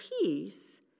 peace